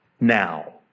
now